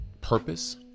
purpose